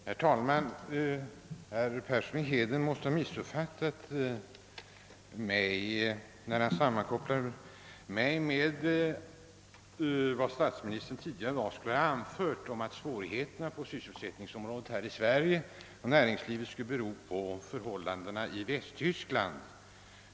Herr talman! Herr Persson i Heden måste ha missuppfattat mig när han sammankopplar mig med vad statsministern tidigare i dag skulle ha anfört om att sysselsättningssvårigheterna här i Sverige skulle bero på förhållandena i Västtyskland.